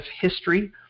history